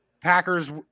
Packers